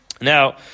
Now